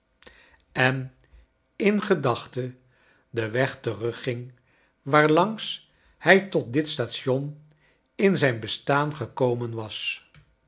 en in gedachten den weg terugging waar langs hij tot dit station in zijn bestaan gekomen was